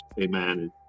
Amen